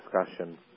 discussion